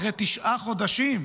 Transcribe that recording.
אחרי תשעה חודשים,